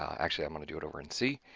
actually i'm going to do it over in c,